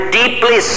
deeply